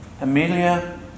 Amelia